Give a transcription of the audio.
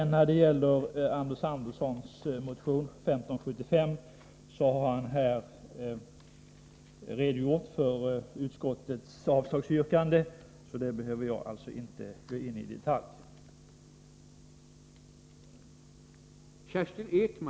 När det gäller Anders Anderssons motion 1575 har denne redogjort för utskottets avslagsyrkande, och jag behöver därför inte i detalj gå in på detta.